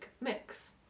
mix